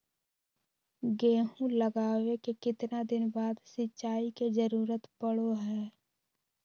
गेहूं लगावे के कितना दिन बाद सिंचाई के जरूरत पड़ो है?